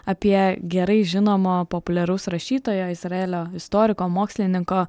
apie gerai žinomo populiaraus rašytojo izraelio istoriko mokslininko